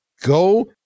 Go